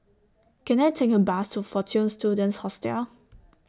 Can I Take A Bus to Fortune Students Hostel